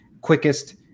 quickest